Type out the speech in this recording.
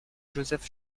joseph